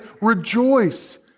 rejoice